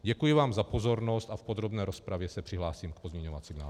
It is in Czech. Děkuji vám za pozornost a v podrobné rozpravě se přihlásím k pozměňovacím návrhům.